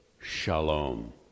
shalom